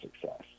success